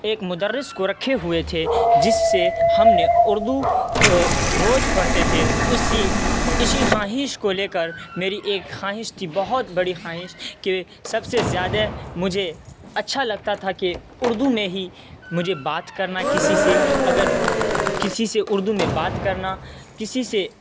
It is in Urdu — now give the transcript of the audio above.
ایک مدرس کو رکھے ہوئے تھے جس سے ہم نے اردو روز پڑھتے تھے اسی اسی خواہش کو لے کر میری ایک خواہش تھی بہت بڑی خواہش کہ سب سے زیادہ مجھے اچھا لگتا تھا کہ اردو میں ہی مجھے بات کرنا کسی سے اگر کسی سے اردو میں بات کرنا کسی سے